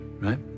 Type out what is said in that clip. right